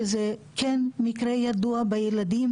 שזה כן מקרה ידוע בילדים.